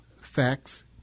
facts